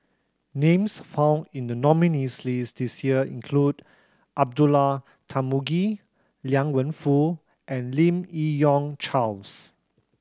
names found in the nominees' list this year include Abdullah Tarmugi Liang Wenfu and Lim Yi Yong Charles